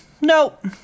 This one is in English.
Nope